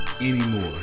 anymore